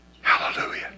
Hallelujah